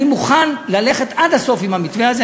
אני מוכן ללכת עד הסוף עם המתווה הזה.